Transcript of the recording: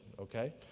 okay